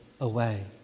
away